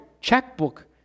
checkbook